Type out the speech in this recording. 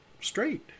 straight